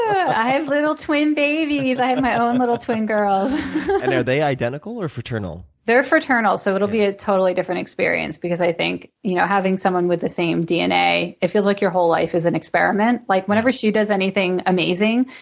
i have little twin babies. i have my own little twin girls. and are they identical or fraternal? they're fraternal, so it'll be a totally different experience. because i think you know having someone with the same dna, it feels like your whole life is an experience. like whenever she does anything amazing,